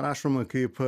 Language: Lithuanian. rašoma kaip